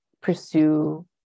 pursue